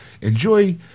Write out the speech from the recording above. enjoy